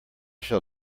shall